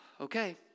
okay